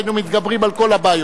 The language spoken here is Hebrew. היינו מתגברים על כל הבעיות.